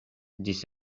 ĝis